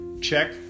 Check